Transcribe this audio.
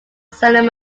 san